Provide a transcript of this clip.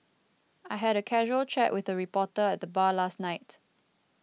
I had a casual chat with a reporter at the bar last night